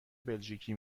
بلژیکی